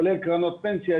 כולל קרנות פנסיה,